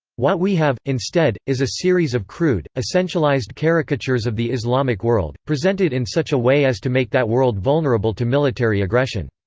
what we have, instead, is a series of crude, essentialized caricatures of the islamic world, presented in such a way as to make that world vulnerable to military aggression.